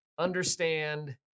understand